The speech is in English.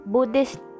Buddhist